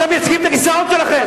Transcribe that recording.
אתם מייצגים את הכיסאות שלכם.